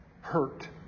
hurt